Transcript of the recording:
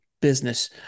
business